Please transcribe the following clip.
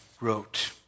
wrote